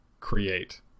Create